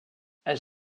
elle